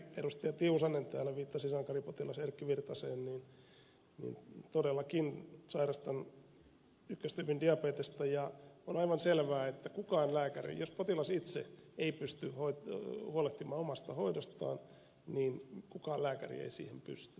tiusanen täällä viittasi sankaripotilas erkki virtaseen niin todellakin sairastan ykköstyypin diabetesta ja on aivan selvää että jos potilas itse ei pysty huolehtimaan omasta hoidostaan niin kukaan lääkäri ei siihen pysty